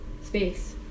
space